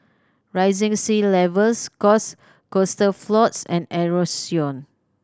rising sea levels cause coastal floods and erosion